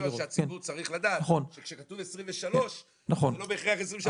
אבל אתה מסכים איתי שהציבור צריך לדעת שכשכתוב 23 זה לא בהכרח 23,